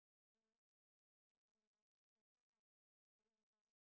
do you okay and they are the in front of the green house